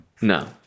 no